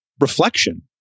reflection